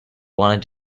wanted